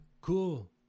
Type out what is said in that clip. cool